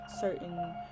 certain